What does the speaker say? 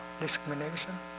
discrimination